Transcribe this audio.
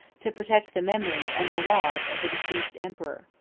to protect the memory, and the laws, of the deceased emperor.